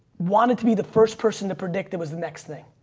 want it to be the first person to predict it was the next thing.